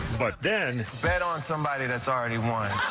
but then fed on somebody that's already won.